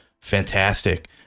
fantastic